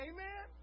Amen